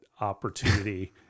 opportunity